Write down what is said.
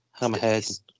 hammerhead